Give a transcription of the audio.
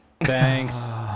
Thanks